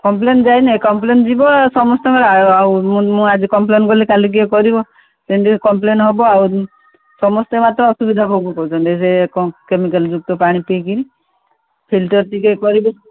complain ଯାଇନି complain ଯିବ ସମସ୍ତଙ୍କର ଆଉ ମୁଁ ଆଜି କମ୍ପ୍ଲେନ କଲି କାଲି ଆଉ କିଏ କରିବ ସେମିତି କମ୍ପ୍ଲେନ ହେବ ଆଉ ସମସ୍ତେ ଅସୁବିଧା ଭୋଗ କହୁଛନ୍ତି ସେ କେମିକାଲଯୁକ୍ତ ପାଣି ପିଇକରି ଫିଲ୍ଟର ଟିକିଏ କରିବ